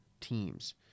teams